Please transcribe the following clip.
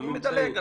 אני מדלג.